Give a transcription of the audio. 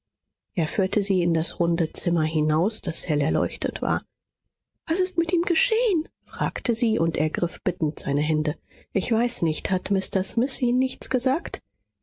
er führte sie in das runde zimmer hinaus das hell erleuchtet war was ist ihm geschehen fragte sie und ergriff bittend seine hände ich weiß nicht hat mr smith ihnen nichts gesagt